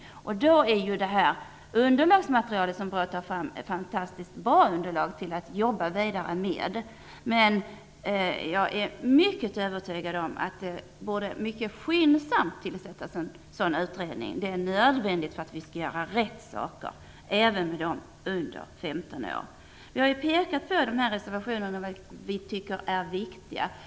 tagit fram är fantastiskt bra, men jag är helt övertygad om att det mycket skyndsamt bör tillsättas en särskild utredning. Det är nödvändigt för att vi skall kunna göra rätt saker även för dem som är under 15 år. Vi har i dessa reservationer pekat på det som vi tycker är viktigt.